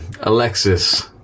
alexis